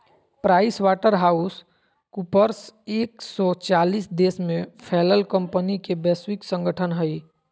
price Waterhouse Coopers एक सो चालीस देश में फैलल कंपनि के वैश्विक संगठन हइ